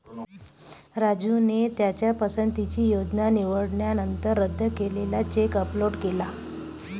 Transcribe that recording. राजूने त्याच्या पसंतीची योजना निवडल्यानंतर रद्द केलेला चेक अपलोड केला